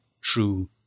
true